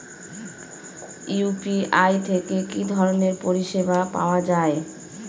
UPI থেকে কি ধরণের পরিষেবা পাওয়া য়ায়?